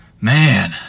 man